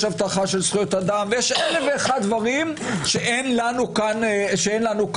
הבטחה של זכויות אדם ויש אלף דברים שאין לנו כאן היום.